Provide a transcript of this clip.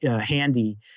handy